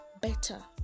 better